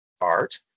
art